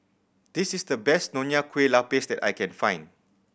this is the best Nonya Kueh Lapis that I can find